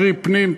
קרי פנים,